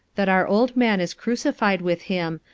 that our old man is crucified with him,